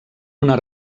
una